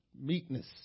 meekness